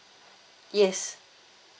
yes